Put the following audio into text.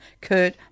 Kurt